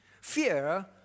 Fear